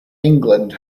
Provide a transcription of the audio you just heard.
england